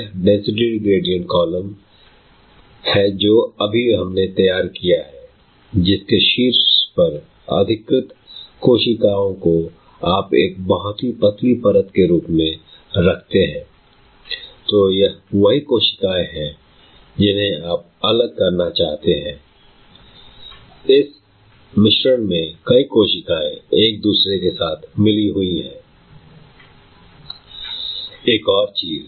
यह density gradient column है जो अभी हमने तैयार किया है जिस के शीर्ष पर अधिकृत कोशिका को आप एक बहुत ही पतली परत के रूप में रखते हैं I तो यह वही कोशिकाएं हैं जिन्हें आप अलग करना चाहते हैं I इस मिश्रण में कई कोशिकाएं एक दूसरे के साथ मिली हुई है I एक और चीज